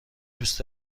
دوست